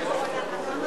לדיון מוקדם בוועדת החוקה,